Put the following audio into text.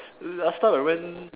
last time I went